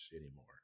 anymore